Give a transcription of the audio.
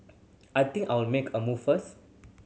I think I'll make a move first